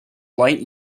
light